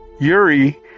Yuri